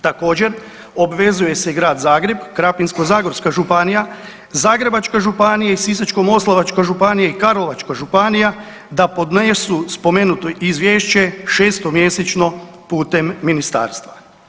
Također, obvezuje se Grad Zagreb, Krapinsko-zagorska županija, Zagrebačka županija i Sisačko-moslavačka županija i Karlovačka županija da podnesu spomenuto izvješće šestomjesečno putem ministarstva.